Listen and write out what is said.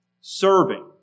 serving